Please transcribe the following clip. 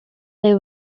they